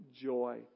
joy